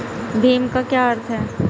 भीम का क्या अर्थ है?